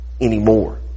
anymore